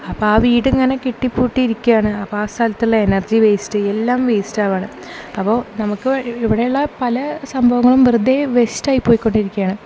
അപ്പം ആ വീടങ്ങനെ കെട്ടിപ്പൂട്ടി ഇരിക്കുകയാണ് അപ്പം ആ സ്ഥലത്തുള്ള എനർജി വേസ്റ്റ് എല്ലാം വേസ്റ്റാവുകയാണ് അപ്പോൾ നമുക്ക് ഇവിടെ ഉള്ള പല സംഭവങ്ങളും വെറുതെ വേസ്റ്റായി പോയിക്കൊണ്ടിരിക്കയാണ്